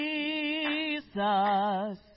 Jesus